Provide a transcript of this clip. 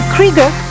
Krieger